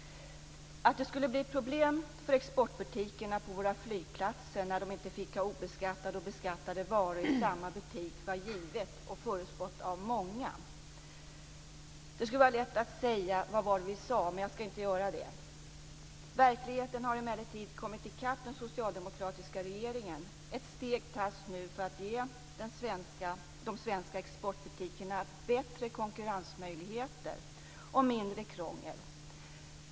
Att det skulle bli ett problem för exportbutiker på våra flygplatser när de inte fick ha obeskattade och beskattade varor i samma butik var givet och förutspått av många. Det är lätt att säga: Vad var det vi sa! Men jag ska inte göra det. Verkligheten har emellertid kommit i kapp den socialdemokratiska regeringen. Ett steg tas nu för att ge de svenska exportbutikerna bättre konkurrensmöjligheter och mindre krångel.